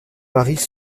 varient